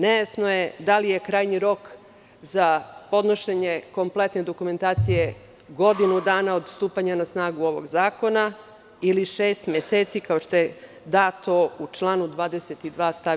Nejasno je da li je krajnji rok za podnošenje kompletne dokumentacije godinu dana od stupanja na snagu ovog zakona ili šest meseci, kao što je dato u članu 22. stav.